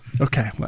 Okay